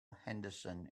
henderson